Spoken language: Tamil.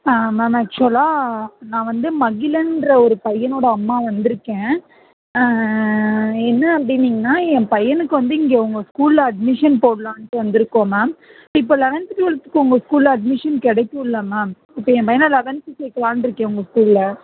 ஆ மேம் ஆக்ச்சுவலாக நான் வந்து மகிழங்ற ஒரு பையனோடய அம்மா வந்திருக்கேன் என்ன அப்படின்னிங்கனா என் பையனுக்கு வந்து இங்கே உங்கள் ஸ்கூலில் அட்மிஷன் போடலான்ட்டு வந்திருக்கோம் மேம் இப்போ லெவன்த்து டுவல்த்துக்கு உங்கள் ஸ்கூலில் அட்மிஷன் கிடைக்குல்ல மேம் இப்போ பையனை லெவன்த்து சேர்க்கலானு இருக்கே உங்கள் ஸ்கூலில்